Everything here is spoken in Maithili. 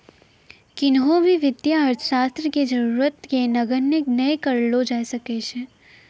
किन्हो भी वित्तीय अर्थशास्त्र के जरूरत के नगण्य नै करलो जाय सकै छै